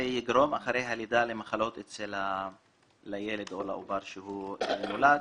יגרום אחרי הלידה למחלות לילד או לעובר שנולד.